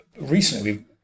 recently